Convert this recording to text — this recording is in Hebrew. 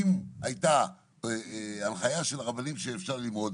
אם הייתה הנחייה של רבנים שאפשר ללמוד,